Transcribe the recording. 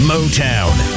Motown